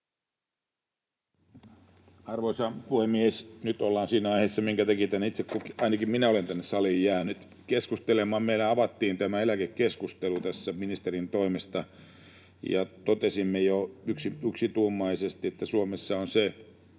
Arvoisa puhemies! Nyt ollaan siinä aiheessa, minkä takia itse kukin on jäänyt, ainakin minä olen, tänne saliin keskustelemaan. Meillä avattiin tämä eläkekeskustelu ministerin toimesta, ja totesimme jo yksituumaisesti, että Suomessa on se